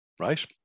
right